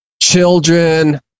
children